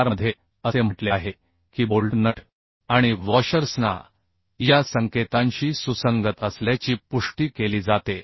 4 मध्ये असे म्हटले आहे की बोल्ट नट आणि वॉशर्सना या संकेतांशी सुसंगत असल्याची पुष्टी केली जाते